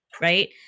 right